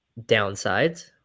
downsides